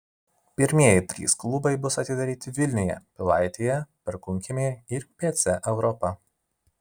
pirmieji trys klubai bus atidaryti vilniuje pilaitėje perkūnkiemyje ir pc europa